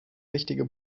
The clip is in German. wichtige